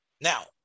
Now